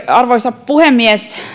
arvoisa puhemies